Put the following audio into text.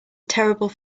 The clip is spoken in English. terrible